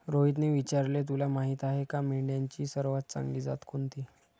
रोहितने विचारले, तुला माहीत आहे का मेंढ्यांची सर्वात चांगली जात कोणती?